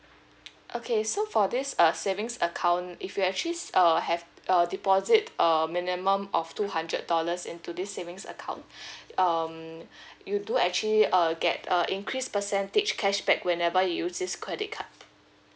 okay so for this uh savings account if you actually s~ uh have a deposit um minimum of two hundred dollars into this savings account um you do actually uh get uh increase percentage cashback whenever you use this credit card